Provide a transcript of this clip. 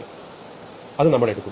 അതിനാൽ അത് നമ്മൾ എടുക്കുന്നു